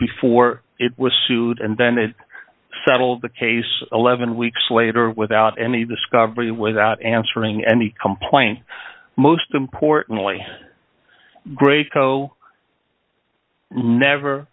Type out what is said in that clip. before it was sued and then it settled the case eleven weeks later without any discovery without answering any complaint most importantly grey co never